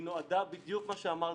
היא נועדה בדיוק למה שאמרת,